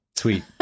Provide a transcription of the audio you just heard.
sweet